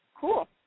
Cool